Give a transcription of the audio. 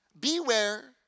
Beware